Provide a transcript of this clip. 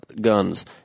guns